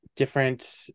different